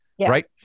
right